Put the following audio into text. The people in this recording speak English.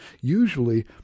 usually